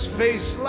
face